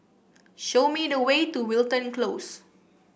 show me the way to Wilton Close